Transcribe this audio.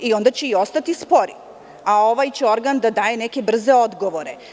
Onda će i ostati spori, a ovaj će organ da daje neke brze odgovore.